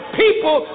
people